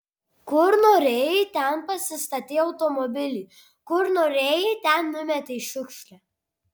kur norėjai ten pasistatei automobilį kur norėjai ten numetei šiukšlę